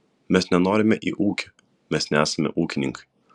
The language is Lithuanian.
mes nenorime į ūkį mes nesame ūkininkai